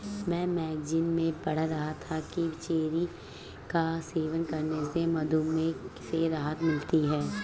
मैं मैगजीन में पढ़ रहा था कि चेरी का सेवन करने से मधुमेह से राहत मिलती है